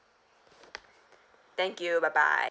thank you bye bye